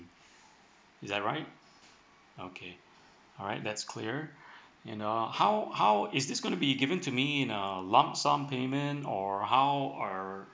is that right okay alright that's clear you know how how is this gonna be given to me in a lump sum payment or how are